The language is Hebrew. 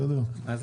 לא.